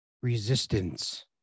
resistance